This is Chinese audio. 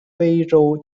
非洲